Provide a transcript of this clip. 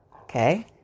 okay